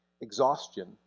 exhaustion